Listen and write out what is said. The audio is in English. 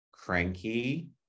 cranky